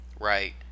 Right